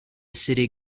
city